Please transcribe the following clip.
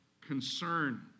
concern